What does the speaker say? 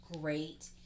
great